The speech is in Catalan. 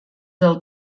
del